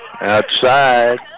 Outside